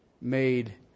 made